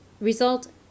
result